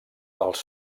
els